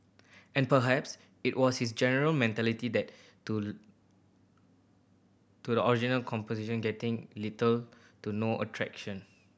and perhaps it was his general mentality that to to the original composition getting little to no a traction